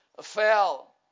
fell